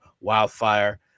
wildfire